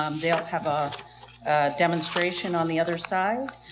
um they'll have a demonstration on the other side.